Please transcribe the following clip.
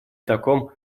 таком